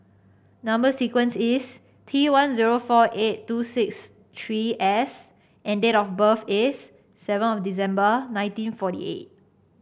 number sequence is T one zero four eight two six three S and date of birth is seven of December nineteen forty eight